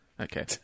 Okay